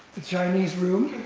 the chinese room?